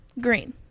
green